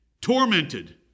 tormented